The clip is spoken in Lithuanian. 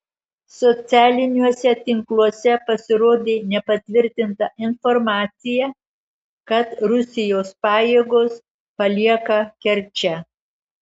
socialiniuose tinkluose pasirodė nepatvirtinta informacija kad rusijos pajėgos palieka kerčę